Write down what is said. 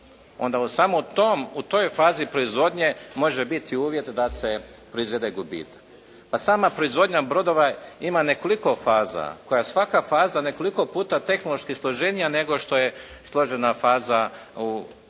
onda samo u toj fazi proizvodnje može biti uvjet da se provede gubitak. Pa sama proizvodnja brodova ima nekoliko faza koja svaka faza nekoliko puta tehnološki složenija nego što je složena faza u